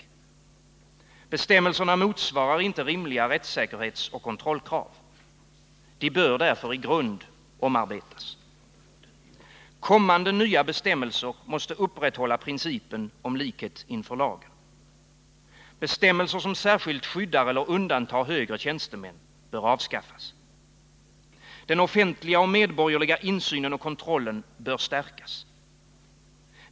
Bestämmelserna motsvarar inte rimliga rättssäkerhetsoch kontrollkrav. De bör därför i grund omarbetas. Kommande nya bestämmelser måste upprätthålla principen om likhet inför lagen. Bestämmelser, som särskilt skyddar eller undantar högre tjänstemän, bör avskaffas. Den offentliga och medborgerliga insynen och kontrollen bör stärkas.